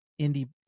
indie